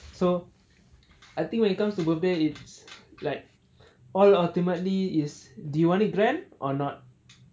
so I think when it comes to birthday it's like all ultimately is do you want to grand or not